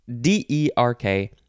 d-e-r-k